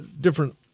different